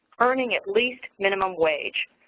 earning at least minimum wage,